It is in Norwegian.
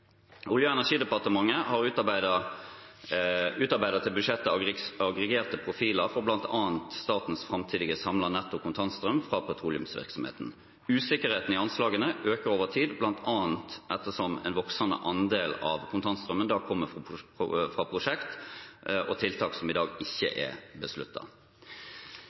Olje- og energidepartementet har til budsjettet utarbeidet aggregerte profiler for bl.a. statens framtidige samlede netto kontantstrøm fra petroleumsvirksomheten. Usikkerheten i anslagene øker over tid, bl.a. ettersom en voksende andel av kontantstrømmen da kommer fra prosjekt og tiltak som i dag ikke er